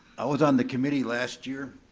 i was on the committee last year